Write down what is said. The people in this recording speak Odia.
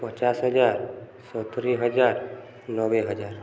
ପଚାଶ ହଜାର ସତୁୁରି ହଜାର ନବେ ହଜାର